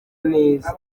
neza